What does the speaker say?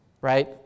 right